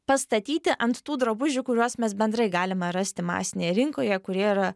pastatyti ant tų drabužių kuriuos mes bendrai galime rasti masinėje rinkoje kurie yra